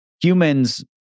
humans